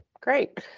Great